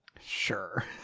sure